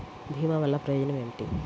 భీమ వల్లన ప్రయోజనం ఏమిటి?